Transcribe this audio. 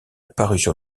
parution